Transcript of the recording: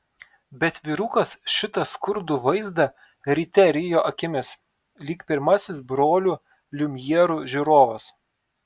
bet vyrukas šitą skurdų vaizdą ryte rijo akimis lyg pirmasis brolių liumjerų žiūrovas